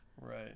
Right